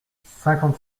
cinquante